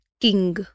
King